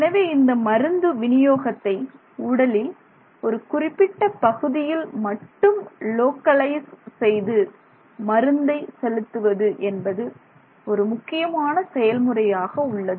எனவே இந்த மருந்து வினியோகத்தை உடலில் ஒரு குறிப்பிட்ட பகுதியில் மட்டும் லோக்கலைஸ் செய்து மருந்தை செலுத்துவது என்பது ஒரு முக்கியமான செயல்முறையாக உள்ளது